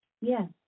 Yes